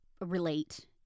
relate